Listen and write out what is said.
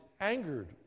angered